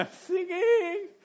Singing